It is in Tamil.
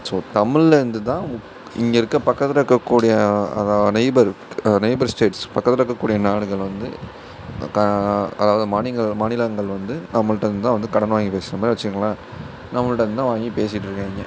ஸோ தமில்லேருந்துதான் உ இங்கே இருக்க பக்கத்தில் இருக்கக்கூடிய அதாது நெய்பர் நெய்பர் ஸ்டேட்ஸ் பக்கத்தில் இருக்கக்கூடிய நாடுகள் வந்து க அதாவது மாநில மாநிலங்கள் வந்து நம்மள்ட்ட இருந்துதான் வந்து கடன் வாங்கி பேசும்னே வெச்சுங்களேன் நம்மள்ட்ட இருந்துதான் வாங்கி பேசிட்ருக்காங்க